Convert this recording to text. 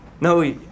No